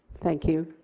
thank you